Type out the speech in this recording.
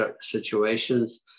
situations